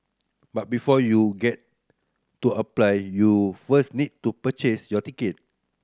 but before you get to apply you first need to purchase your ticket